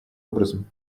образом